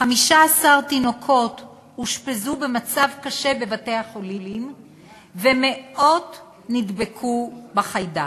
15 תינוקות אושפזו במצב קשה בבתי-חולים ומאות נדבקו בחיידק.